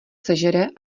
sežere